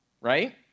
right